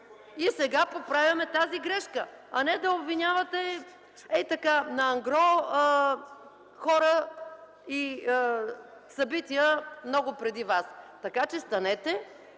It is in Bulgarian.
и сега поправяме тази грешка.” А не да обвинявате, ей-така на ангро, хора и събития много преди вас. Така че станете,